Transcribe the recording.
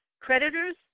creditors